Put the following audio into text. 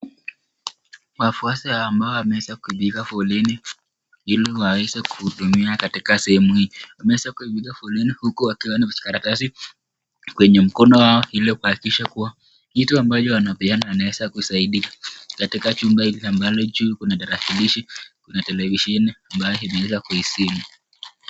Wafuasi ambao wameweza kupiga foleni ili waweze kuhudumiwa katika sehemu hii, wameeza kupiga foleni huku wakiwa na vijikaratasi kwenye mkono wao ili kuhakikisha kuwa kitu ambayo anapeana anaweza kusaidika, katika chumba hili ambalo juu kuna tarakilishi, kuna televisheni ambayo imeweza kuzimwa.